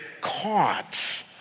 caught